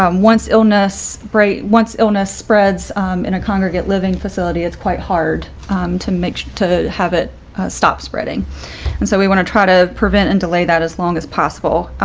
um once illness break once illness spreads in a congregate living facility, it's quite hard to make to have it stop spreading and so we want to try to prevent and delay that as long as possible.